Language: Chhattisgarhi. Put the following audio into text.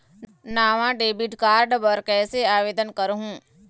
नावा डेबिट कार्ड बर कैसे आवेदन करहूं?